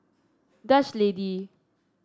Dutch Lady